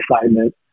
excitement